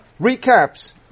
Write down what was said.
recaps